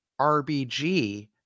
RBG